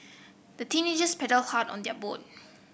the teenagers paddled hard on their boat